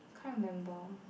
can't remember